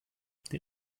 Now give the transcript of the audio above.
der